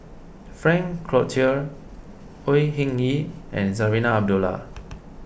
Frank Cloutier Au Hing Yee and Zarinah Abdullah